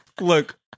Look